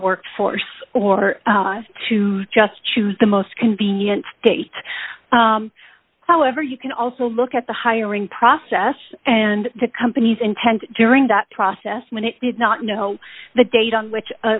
workforce or to just choose the most convenient state however you can also look at the hiring process and the company's intent during that process when it did not know the date on which